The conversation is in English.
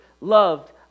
loved